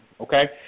okay